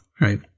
right